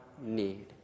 need